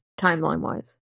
timeline-wise